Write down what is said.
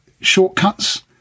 shortcuts